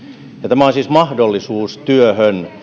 tämä on siis mahdollisuus työhön